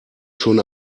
schon